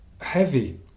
heavy